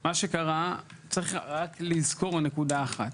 מה שקרה, צריך רק לזכור נקודה אחת.